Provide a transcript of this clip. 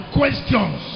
questions